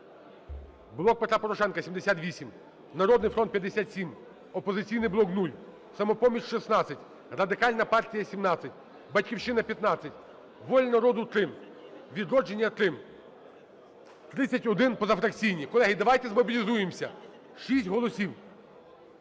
"Блок Петра Порошенка" – 78, "Народний фронт" – 57, "Опозиційний блок" – 0, "Самопоміч" – 16, Радикальна партія – 17, "Батьківщина" – 15, "Воля народу" – 3, "Відродження" – 3, 31 – позафракційні. Колеги, давайтезмобілізуємося, 6 голосів.